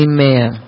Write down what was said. Amen